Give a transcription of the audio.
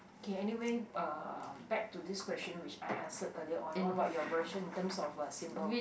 okay anyway uh back to this question which I answered earlier on what about your version in terms of a symbol